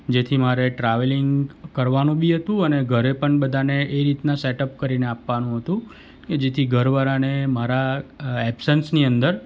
જેથી મારે ટ્રાવેલિંગ કરવાનું બી હતું અને ઘરે પણ બધાને એ રીતના સેટઅપ કરીને આપવાનું હતું કે જેથી ઘરવાળાને મારા એબસન્સની અંદર